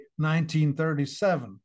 1937